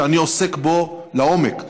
שאני עוסק בו לעומק,